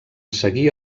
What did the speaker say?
seguir